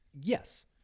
Yes